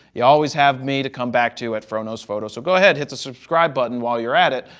you always have me to come back to at froknowsphoto, so go ahead, hit the subscribe button while you're at it.